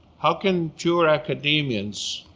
how can pure academians,